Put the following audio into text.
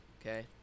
Okay